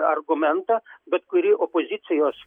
argumentą bet kuri opozicijos